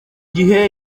gihe